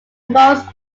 most